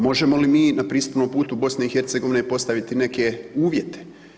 Možemo li mi na pristupnom putu BiH postaviti neke uvjete?